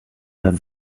that